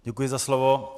Děkuji za slovo.